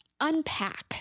unpack